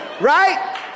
right